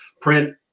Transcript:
print